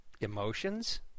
emotions